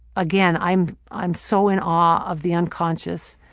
again, i'm i'm so in awe of the unconscious,